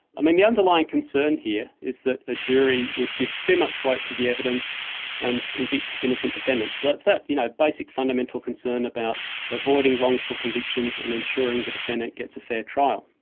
i mean, the underlying concern here is that a jury would give too much weight to the evidence and convict innocent defendants. so it's that, you know, basic fundamental concern about avoiding wrongful convictions and ensuring the defendant gets a fair trial.